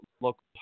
local